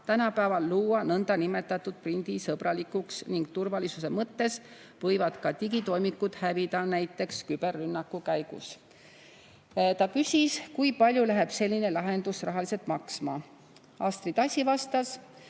tänapäeval luua nõndanimetatud prindisõbralikuna ning turvalisuse mõttes võivad ka digitoimikuid hävida, näiteks küberrünnaku käigus. Ta küsis, kui palju läheb selline lahendus rahaliselt maksma. Astrid Asi vastas,